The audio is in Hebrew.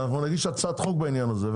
אנחנו נגיש הצעת חוק בעניין הזה,